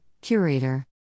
Curator